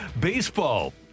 Baseball